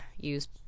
use